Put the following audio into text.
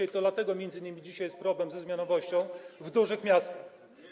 I to dlatego m.in. dzisiaj jest problem ze zmianowością w dużych miastach.